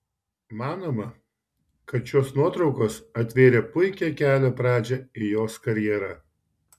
manoma kad šios nuotraukos atvėrė puikią kelio pradžią į jos karjerą